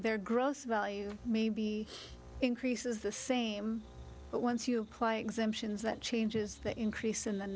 their gross value may be increases the same but once you apply exemptions that changes the increase in the